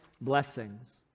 blessings